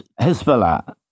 Hezbollah